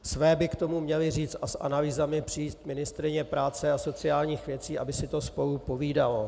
Své by k tomu měla říct a s analýzami přijít ministryně práce a sociálních věcí, aby si to spolu povídalo.